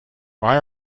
why